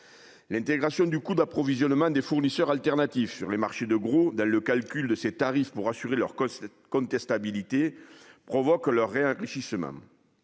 L'intégration du coût d'approvisionnement des fournisseurs alternatifs sur les marchés de gros dans le calcul de ces tarifs pour assurer leur contestabilité provoque leur renchérissement.